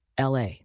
LA